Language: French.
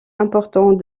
important